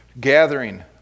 Gathering